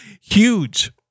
huge